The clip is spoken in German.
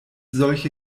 solche